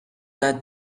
that